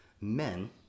men